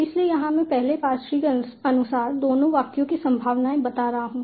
इसलिए यहां मैं पहले पार्स ट्री के अनुसार दोनों वाक्यों की संभावनाएं बता रहा हूं